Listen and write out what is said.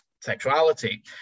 sexuality